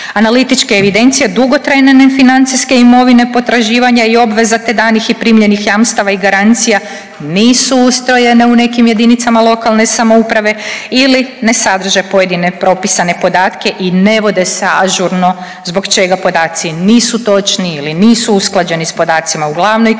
Analitičke evidencije dugotrajne nefinancijske imovine potraživanja i obveza te danih i primljenih jamstava i garancija nisu ustrojene u nekim jedinicama lokalne samouprave ili ne sadrže pojedine propisane podatke i ne vode se ažurno zbog čega podaci nisu točni ili nisu usklađeni s podacima u glavnoj